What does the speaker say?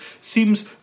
seems